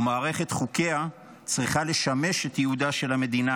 ומערכת חוקיה צריכה לשמש את ייעודה של המדינה